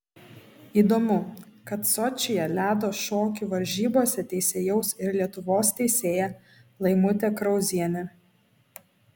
įdomu kad sočyje ledo šokių varžybose teisėjaus ir lietuvos teisėja laimutė krauzienė